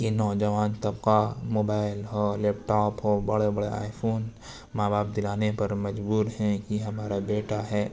کہ نو جوان طبقہ موبائل ہو لیپ ٹاپ ہو بڑے بڑے آئی فون ماں باپ دلانے پر مجبور ہیں کہ ہمارا بیٹا ہے